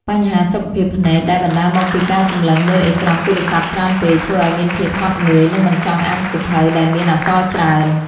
បញ្ហាសុខភាពភ្នែកដែលបណ្ដាលមកពីការសម្លឹងមើលអេក្រង់ទូរស័ព្ទច្រើនពេក ធ្វើឱ្យមានភាពហត់នឿយ និងមិនចង់អានសៀវភៅដែលមានអក្សរច្រើន។